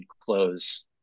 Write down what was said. close